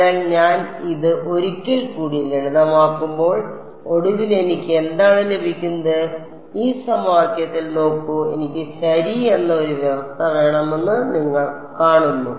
അതിനാൽ ഞാൻ ഇത് ഒരിക്കൽ കൂടി ലളിതമാക്കുമ്പോൾ ഒടുവിൽ എനിക്ക് എന്താണ് ലഭിക്കുന്നത് ഈ സമവാക്യത്തിൽ നോക്കൂ എനിക്ക് ശരി എന്ന ഒരു വ്യവസ്ഥ വേണമെന്ന് നിങ്ങൾ കാണുന്നു